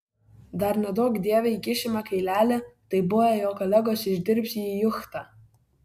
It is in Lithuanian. dar neduok dieve įkišime kailelį tai buvę jo kolegos išdirbs jį į juchtą